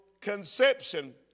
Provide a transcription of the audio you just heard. conception